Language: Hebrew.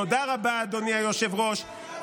תודה רבה, אדוני היושב-ראש.